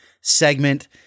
segment